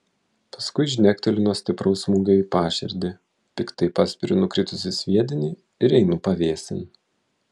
paskui žnekteliu nuo stipraus smūgio į paširdį piktai paspiriu nukritusį sviedinį ir einu pavėsin